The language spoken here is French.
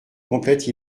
complète